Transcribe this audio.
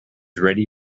ready